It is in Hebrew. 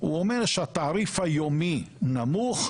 הוא אומר שהתעריף היומי נמוך,